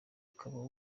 ukaba